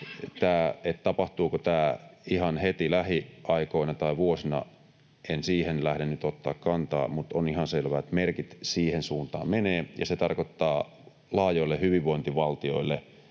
Tapahtuuko tämä ihan heti lähiaikoina tai -vuosina, en siihen lähde nyt ottamaan kantaa, mutta on ihan selvää, että merkit siihen suuntaan menevät, ja se tarkoittaa laajoille hyvinvointivaltioille